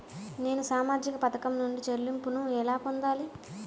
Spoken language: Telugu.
నేను సామాజిక పథకం నుండి చెల్లింపును ఎలా పొందాలి?